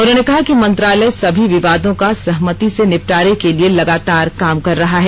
उन्होंने कहा कि मंत्रालय सभी विवादों का सहमति से निपटारे के लिए लगातार काम कर रहा है